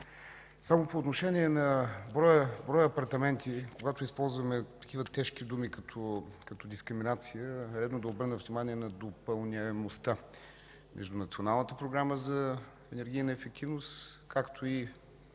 Само по отношение на броя апартаменти, когато използваме такива тежки думи като дискриминация, е редно да обърнем внимание на допълняемостта между Националната програма за енергийна ефективност, както и